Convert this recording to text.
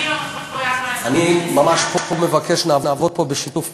אני ממש מבקש שנעבוד פה בשיתוף פעולה.